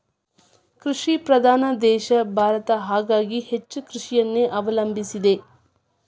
ಕೃಷಿ ಪ್ರಧಾನ ದೇಶ ಭಾರತ ಹಾಗಾಗಿ ಹೆಚ್ಚ ಕೃಷಿಯನ್ನೆ ಅವಲಂಬಿಸಿದೆ